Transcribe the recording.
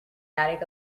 attic